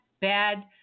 bad